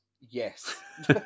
Yes